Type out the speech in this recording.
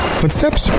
footsteps